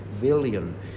billion